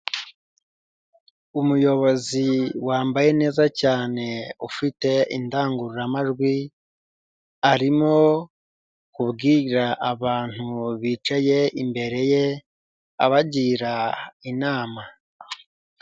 Umuyobozi wambaye neza cyane ufite indangururamajwi arimo kubwira abantu bicaye imbere ye abagira inama.